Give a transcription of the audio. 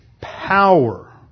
power